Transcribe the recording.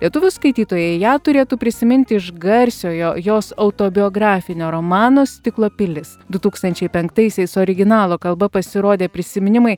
lietuvių skaitytojai ją turėtų prisiminti iš garsiojo jos autobiografinio romano stiklo pilis du tūkstančiai penktaisiais originalo kalba pasirodę prisiminimai